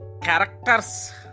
characters